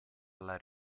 alla